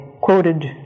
quoted